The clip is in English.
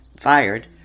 fired